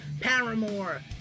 Paramore